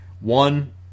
one